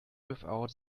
without